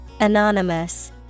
Anonymous